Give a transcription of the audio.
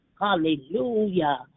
hallelujah